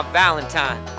valentine